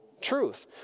truth